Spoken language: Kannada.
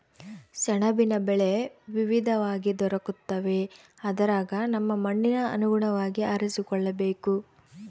ಸೆಣಬಿನ ಬೆಳೆ ವಿವಿಧವಾಗಿ ದೊರಕುತ್ತವೆ ಅದರಗ ನಮ್ಮ ಮಣ್ಣಿಗೆ ಅನುಗುಣವಾಗಿ ಆರಿಸಿಕೊಳ್ಳಬೇಕು